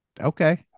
Okay